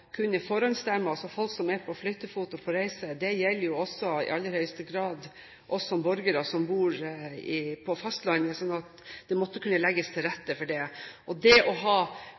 kunne forhåndsstemme fordi man er på flyttefot og på reise, gjelder jo også i aller høyeste grad oss borgere som bor på fastlandet. Så det må kunne legges til rette for det. Det å ha